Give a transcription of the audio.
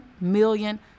million